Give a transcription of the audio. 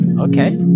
okay